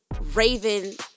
Raven